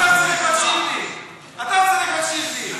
אתה צריך להקשיב לי.